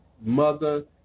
mother